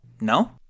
No